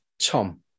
Tom